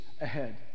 ahead